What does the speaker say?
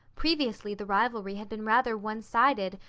previously the rivalry had been rather one-sided,